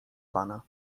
pana